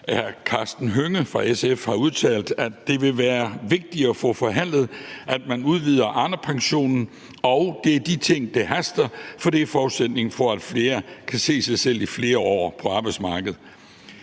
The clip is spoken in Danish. Karsten Hønge fra SF har udtalt, at det vil være vigtigt at få forhandlet, at man udvider Arnepensionen, og det er de ting, der haster, for det er forudsætningen for, at flere kan se sig selv i flere år på arbejdsmarkedet.